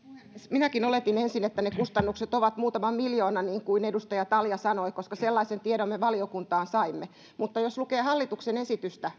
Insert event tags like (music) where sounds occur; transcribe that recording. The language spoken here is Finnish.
minäkin oletin ensin että ne kustannukset ovat muutaman miljoonan niin kuin edustaja talja sanoi koska sellaisen tiedon me valiokuntaan saimme mutta jos lukee hallituksen esitystä (unintelligible)